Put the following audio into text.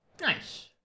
Nice